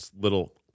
little